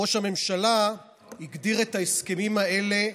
ראש הממשלה הגדיר את ההסכמים האלה: